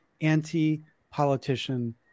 anti-politician